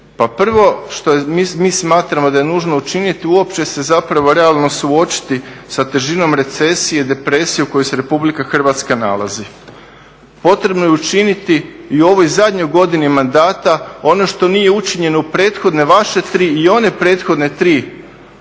prvo što mi mislimo da je nužno učiniti uopće se realno suočiti sa težinom recesije, depresije u kojoj se RH nalazi. Potrebno je učiniti i u ovoj zadnjoj godini mandata ono što nije učinjeno u prethodne vaše tri i one prethodne tri,